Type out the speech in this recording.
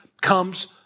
comes